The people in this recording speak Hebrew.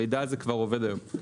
המידע הזה כבר עובד היום.